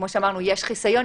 כפי שאמרנו, יש חיסיון.